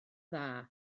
dda